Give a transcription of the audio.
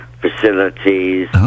facilities